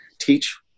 teach